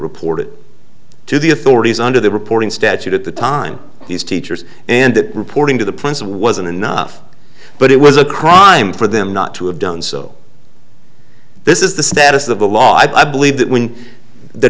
report it to the authorities under the reporting statute at the time these teachers and reporting to the principal wasn't enough but it was a crime for them not to have done so this is the status of the law i believe that when the